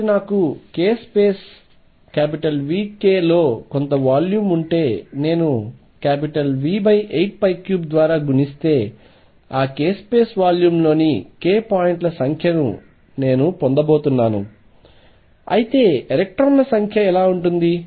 కాబట్టి నాకు k space Vk లో కొంత వాల్యూమ్ ఉంటే నేనుV83ద్వారా గుణిస్తే ఆ k స్పేస్ వాల్యూమ్లోని k పాయింట్ల సంఖ్యను నేను పొందబోతున్నాను అయితే ఎలక్ట్రాన్ ల సంఖ్య ఎలా ఉంటుంది